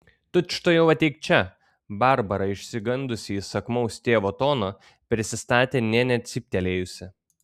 tučtuojau ateik čia barbara išsigandusi įsakmaus tėvo tono prisistatė nė necyptelėjusi